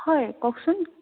হয় কওকচোন